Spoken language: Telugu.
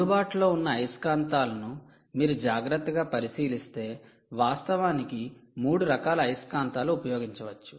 అందుబాటులో ఉన్న అయస్కాంతాలను మీరు జాగ్రత్తగా పరిశీలిస్తే వాస్తవానికి 3 రకాల అయస్కాంతాలు ఉపయోగించవచ్చు